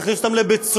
נכניס אותם לבית-סוהר,